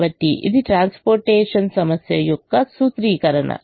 కాబట్టి ఇది ట్రాన్స్పోర్టేషన్ సమస్య యొక్క సూత్రీకరణ